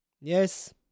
Yes